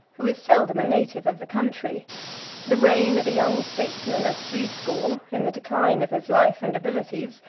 who is seldom a native of the country the reign of a young statesman of threescore, in the decline of his life and abilities,